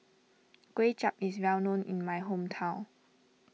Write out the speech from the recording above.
Kuay Chap is well known in my hometown